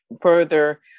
further